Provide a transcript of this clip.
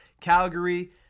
Calgary